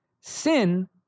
Sin